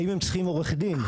האם הם צריכים עורך דין?